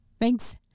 Thanks